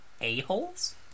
a-holes